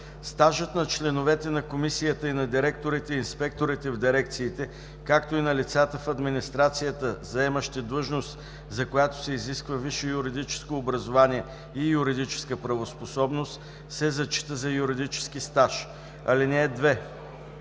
Стажьт на членовете на Комисията и на директорите и инспекторите в дирекциите, както и на лицата в администрацията, заемащи длъжност, за която се изисква висше юридическо образование и юридическа правоспособност, се зачита за юридически стаж. (2) Стажът